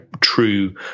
true